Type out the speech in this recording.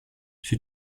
she